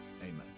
amen